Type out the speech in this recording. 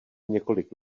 několik